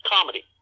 comedy